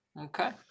Okay